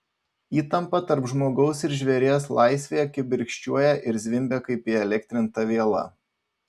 įtampa tarp žmogaus ir žvėries laisvėje kibirkščiuoja ir zvimbia kaip įelektrinta viela